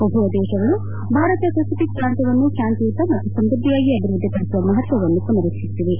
ಉಭಯ ದೇಶಗಳು ಭಾರತ ಪೆಸಿಫಿಕ್ ಪ್ರಾಂತ್ಯವನ್ನು ಶಾಂತಿಯುತ ಮತ್ತು ಸಮೃದ್ಧಿಯಾಗಿ ಅಭಿವೃದ್ಧಿಪಡಿಸುವ ಮಹತ್ತವನ್ನು ಪುನರುಚ್ದರಿಸಿವೆ